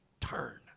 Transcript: turn